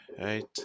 right